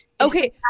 okay